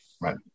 Right